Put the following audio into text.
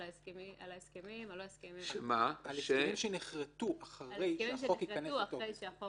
על הסכמים --- על ההסכמים שנכרתו אחרי שהחוק ייכנס לתוקף.